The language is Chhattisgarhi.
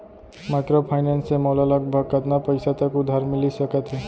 माइक्रोफाइनेंस से मोला लगभग कतना पइसा तक उधार मिलिस सकत हे?